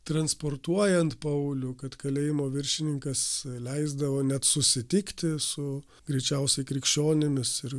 transportuojant paulių kad kalėjimo viršininkas leisdavo net susitikti su greičiausiai krikščionimis ir